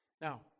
Now